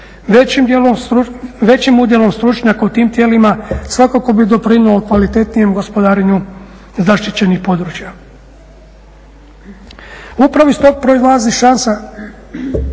Većim udjelom stručnjaka u tim tijelima svakako bi … kvalitetnijem gospodarenju zaštićenih područja. Upravo iz toga proizlazi šansa